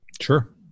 Sure